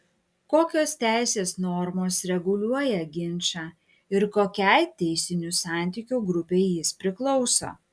kokios teisės normos reguliuoja ginčą ir kokiai teisinių santykių grupei jis priklauso